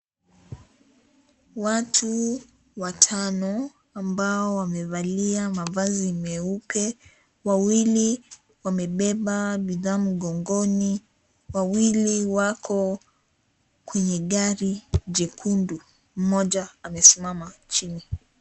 Watu watano, ambao wamevalia mavazi meupe. Wawili wamebeba bidhaa mgongoni, wawili wako kwenye gari jekundu. Mmoja amesimama chini.